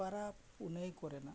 ᱯᱟᱨᱟᱵᱽ ᱯᱩᱱᱟᱹᱭ ᱠᱚᱨᱮᱱᱟᱜ